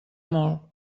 molt